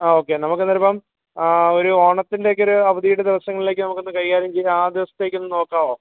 ആ ഓക്കെ നമുക്ക് എന്തായാലും ഇപ്പം ഒരു ഓണത്തിൻ്റെയൊക്കെ ഒരു അവധിയുടെ ദിവസങ്ങളിലേക്ക് നമുക്കൊന്ന് കൈകാര്യം ചെയ്താൽ ആ ദിവസത്തേക്ക് ഒന്ന് നോക്കാവോ